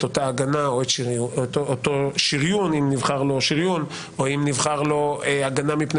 אותה הגנה או את אותו שריון - אם נבחר לו שריון או אם נבחר לו הגנה מפני